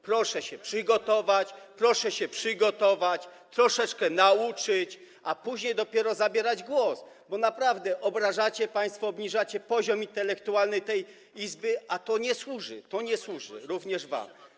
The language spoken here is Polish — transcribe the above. Proszę się przygotować, troszeczkę się nauczyć, a później dopiero zabierać głos, bo naprawdę obrażacie państwo... obniżacie poziom intelektualny tej Izby, a to nie służy - to nie służy również wam.